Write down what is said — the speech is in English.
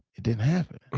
it didn't happen.